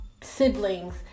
siblings